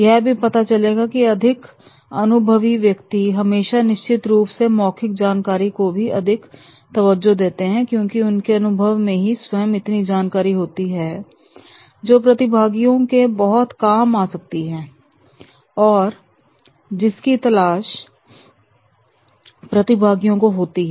यह भी पता चला है कि अधिक अनुभवी व्यक्ति हमेशा निश्चित रूप से मौखिक जानकारी को भी अधिक तवज्जो देते हैं क्योंकि उनके अनुभव में ही स्वयं इतनी जानकारी होती है जो प्रतिभागियों के बहुत काम आ सकती है और जिसकी तलाश प्रतिभागियों को होती है